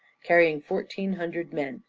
carrying fourteen hundred men,